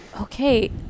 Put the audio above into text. okay